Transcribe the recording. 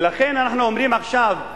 ולכן אנחנו אומרים עכשיו,